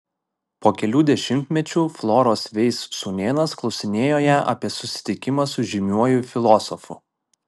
po kelių dešimtmečių floros veis sūnėnas klausinėjo ją apie susitikimą su žymiuoju filosofu